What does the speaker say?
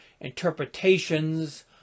interpretations